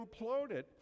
imploded